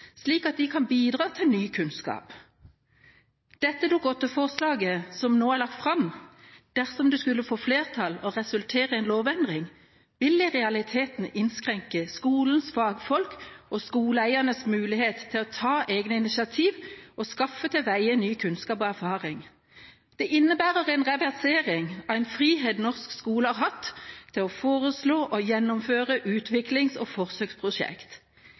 slik at de kan bidra til ny kunnskap. Dersom dette Dokument 8-forslaget som nå er lagt fram, skulle få flertall og resultere i en lovendring, vil det i realiteten innskrenke skolens fagfolk og skoleeiernes mulighet til å ta egne initiativ for å skaffe til veie ny kunnskap og erfaring. Det innebærer en reversering av en frihet norsk skole har hatt til å foreslå og gjennomføre utviklings- og forsøksprosjekt.